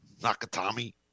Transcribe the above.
Nakatomi